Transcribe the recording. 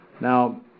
Now